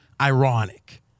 ironic